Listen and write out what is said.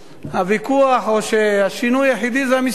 הוויכוח או השינוי היחידי זה המספרים.